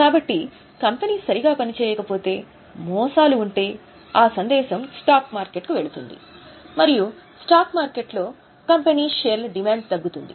కాబట్టి కంపెనీ సరిగా పనిచేయకపోతే మోసాలు ఉంటే ఆ సందేశం స్టాక్ మార్కెట్కు వెళుతుంది మరియు స్టాక్ మార్కెట్లో కంపెనీ షేర్ల డిమాండ్ తగ్గుతుంది